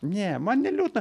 ne man neliūdna